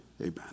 Amen